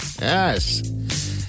Yes